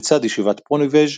לצד ישיבת פוניבז'